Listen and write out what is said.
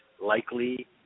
likely